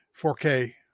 4K